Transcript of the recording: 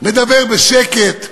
מדבר בשקט,